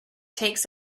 takes